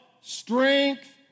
Strength